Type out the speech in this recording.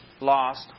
lost